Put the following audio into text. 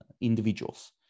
individuals